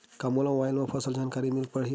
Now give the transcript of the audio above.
का मोला मोबाइल म फसल के जानकारी मिल पढ़ही?